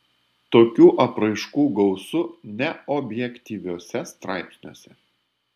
tokių apraiškų gausu neobjektyviuose straipsniuose